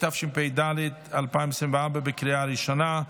התשפ"ד 2024, לקריאה ראשונה.